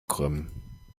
krümmen